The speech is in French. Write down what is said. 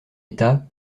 état